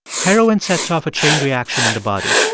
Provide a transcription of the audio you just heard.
heroin sets off a chain reaction in the body